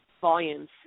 volumes